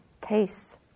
tastes